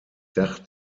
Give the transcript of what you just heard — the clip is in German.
dach